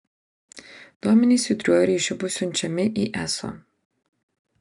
duomenys judriuoju ryšiu bus siunčiami į eso